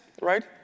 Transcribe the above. right